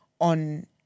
on